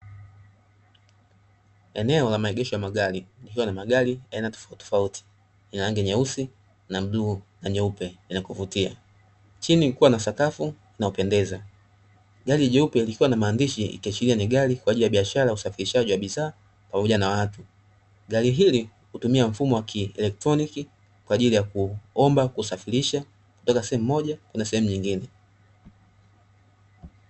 Eneo la maegesho ya magari ikiwa ni magari ya aina tofauti tofauti ya rangi nyeusi, na bluu, na nyeupe yenye kuvutia. Chini kukiwa na sakafu na hupendeza; gari nyeupe lilikiwa na maandishi, ikiashiria ni gari kwa ajili ya biashara ya usafirishaji wa bidhaa pamoja na watu. Gari hili tumia mfumo wa kielektroniki kwa ajili ya kuomba kusafirisha kutoka sehemu moja kuna sehemu nyingine.